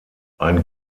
ein